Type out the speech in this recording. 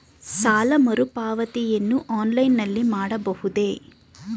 ಸಾಲ ಮರುಪಾವತಿಯನ್ನು ಆನ್ಲೈನ್ ನಲ್ಲಿ ಮಾಡಬಹುದೇ?